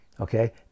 okay